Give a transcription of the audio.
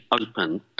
open